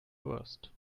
worst